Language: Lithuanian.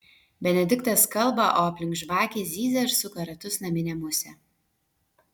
benediktas kalba o aplink žvakę zyzia ir suka ratus naminė musė